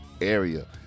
area